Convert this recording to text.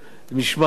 למשמעת ואחריות.